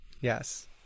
Yes